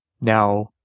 Now